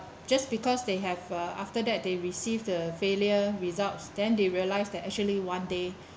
just because they have uh after that they receive the failure results then they realize that actually one day